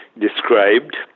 described